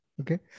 Okay